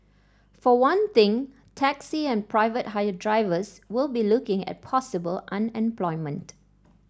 for one thing taxi and private hire drivers will be looking at possible unemployment